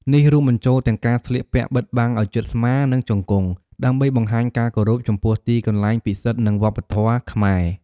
នេះរួមបញ្ចូលទាំងការស្លៀកពាក់បិទបាំងឲ្យជិតស្មា និងជង្គង់ ដើម្បីបង្ហាញការគោរពចំពោះទីកន្លែងពិសិដ្ឋ និងវប្បធម៌ខ្មែរ។